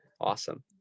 Awesome